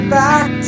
back